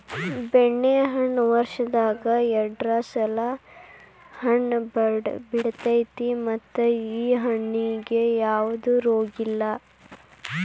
ಬೆಣ್ಣೆಹಣ್ಣ ವರ್ಷದಾಗ ಎರ್ಡ್ ಸಲಾ ಹಣ್ಣ ಬಿಡತೈತಿ ಮತ್ತ ಈ ಹಣ್ಣಿಗೆ ಯಾವ್ದ ರೋಗಿಲ್ಲ